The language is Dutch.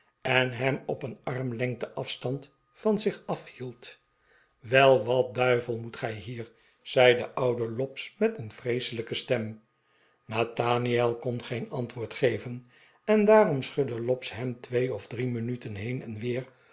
en hem op een armlengte af stand van zich afhield wel wat duivel moet gij hier zei de oude lobbs met een vreeselijke stem nathaniel kon geen antwoord geven en daarom schudde lobbs hem twee of drie minuten heen en weer